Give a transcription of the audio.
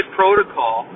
protocol